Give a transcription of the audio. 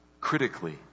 critically